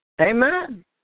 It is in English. Amen